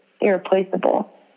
irreplaceable